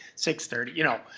six thirty, you know.